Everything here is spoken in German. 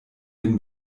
den